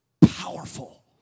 powerful